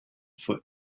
foot